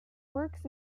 works